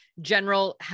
general